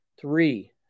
three